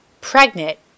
pregnant